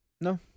No